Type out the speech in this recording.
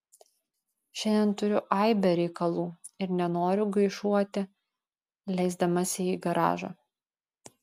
šiandien turiu aibę reikalų ir nenoriu gaišuoti leisdamasi į garažą